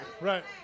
right